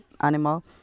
animal